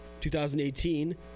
2018